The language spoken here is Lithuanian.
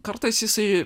kartais jisai